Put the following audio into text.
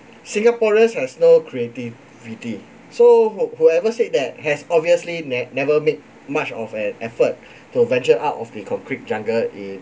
singaporeans has no creativity so who whoever said that has obviously ne~ never made much of an effort to venture out of the concrete jungle in